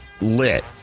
lit